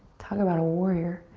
talk about a warrior.